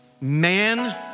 man